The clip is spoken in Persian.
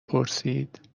پرسید